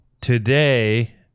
today